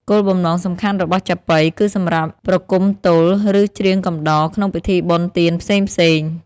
គោលបំណងសំខាន់របស់ចាប៉ី គឺសម្រាប់ ប្រគំទោល ឬ ច្រៀងកំដរ ក្នុងពិធីបុណ្យទានផ្សេងៗ។